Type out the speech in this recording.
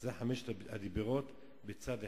אלה חמשת הדיברות מצד אחד.